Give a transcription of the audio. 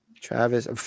Travis